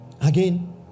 Again